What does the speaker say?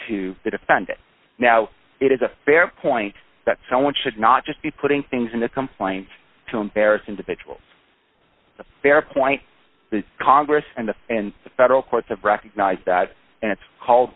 the defendant now it is a fair point that someone should not just be putting things in the complaint to embarrass individuals a fair point the congress and the and the federal courts of recognize that and it's called